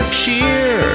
cheer